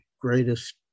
greatest